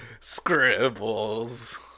Scribbles